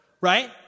right